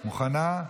מוכנה?